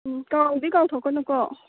ꯎꯝ ꯀꯥꯎꯗꯤ ꯀꯥꯎꯊꯣꯛꯀꯅꯨꯀꯣ